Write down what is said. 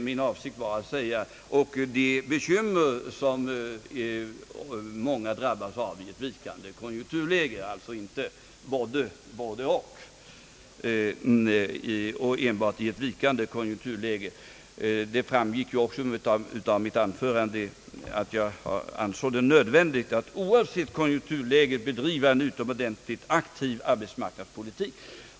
Min avsikt var att säga »och de bekymmer som många drabbas av i ett vikande konjunkturläge» — det var alltså fråga om båda delarna och inte enbart om ett vikande konjunkturläge. Det framgick också av mitt anförande att jag ansåg det nödvändigt att oavsett konjunkturläget bedriva en utomordentligt aktiv arbetsmarknadspolitik.